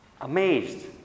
Amazed